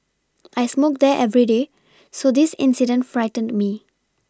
I smoke there every day so this incident frightened me